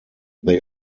they